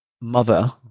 mother